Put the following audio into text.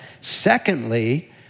Secondly